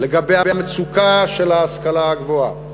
לגבי המצוקה של ההשכלה הגבוהה.